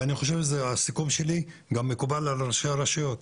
אני חושב שהסיכום שלי גם מקובל על ראשי הרשויות,